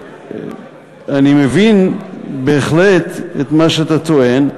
אני מבין בהחלט את מה שאתה טוען.